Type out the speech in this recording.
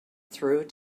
through